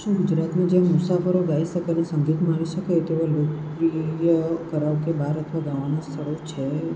શું ગુજરાતમાં મુસાફરો ગાઈ શકે અને સંગીત માણી શકે તેવા લોકપ્રિય કરાઓેકે બાર અથવા ગાવાના સ્થળો છે